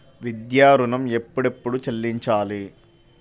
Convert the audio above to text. విద్యా ఋణం ఎప్పుడెప్పుడు చెల్లించాలి?